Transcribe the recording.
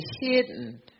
hidden